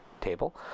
table